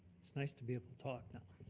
it's nice to be able to talk now.